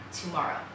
tomorrow